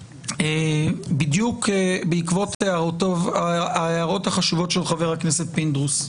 בדיוק בעקבות ההערות החשובות של חבר הכנסת פינדרוס.